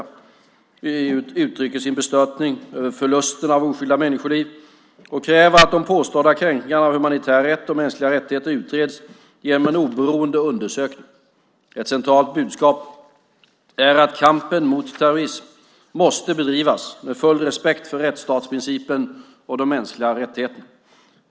EU uttrycker sin bestörtning över förlusterna av oskyldiga människoliv och kräver att de påstådda kränkningarna av humanitär rätt och mänskliga rättigheter utreds genom en oberoende undersökning. Ett centralt budskap är att kampen mot terrorism måste bedrivas med full respekt för rättsstatsprincipen och de mänskliga rättigheterna.